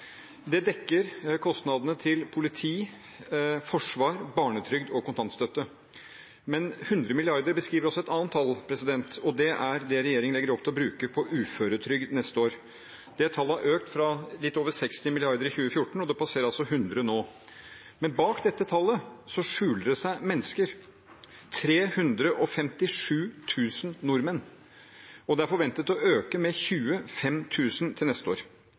Det dekker kostnadene til politi, forsvar, barnetrygd og kontantstøtte. Men 100 milliarder beskriver også et annet tall, og det er det regjeringen legger opp til å bruke på uføretrygd neste år. Det tallet har økt fra litt over 60 milliarder i 2014, og det passerer altså 100 milliarder nå. Men bak dette tallet skjuler det seg mennesker – 357 000 nordmenn – og det er forventet å øke med 25 000 til neste år.